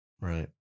Right